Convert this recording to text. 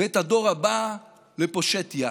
ואת הדור הבא, לפושט יד.